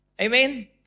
Amen